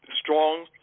strong